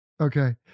Okay